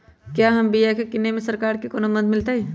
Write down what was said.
क्या हम बिया की किने में सरकार से कोनो मदद मिलतई?